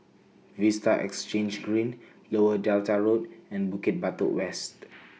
Vista Exhange Green Lower Delta Road and Bukit Batok West